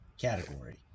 category